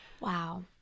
Wow